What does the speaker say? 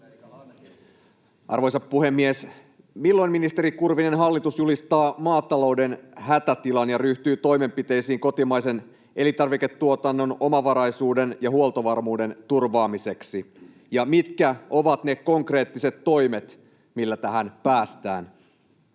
Arvoisa puhemies! Milloin, ministeri Kurvinen, hallitus julistaa maatalouden hätätilan ja ryhtyy toimenpiteisiin kotimaisen elintarviketuotannon, omavaraisuuden ja huoltovarmuuden turvaamiseksi? Mitkä ovat ne konkreettiset toimet, millä tähän päästään?